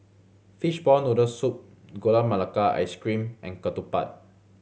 fishball noodle soup Gula Melaka Ice Cream and ketupat